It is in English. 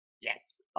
Yes